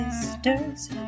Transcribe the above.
sisters